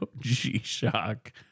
G-Shock